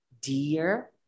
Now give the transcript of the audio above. dear